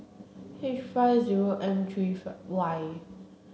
H five zero M three five Y